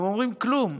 נא לסיים.